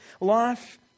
Life